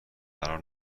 قرار